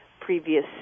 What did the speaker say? previous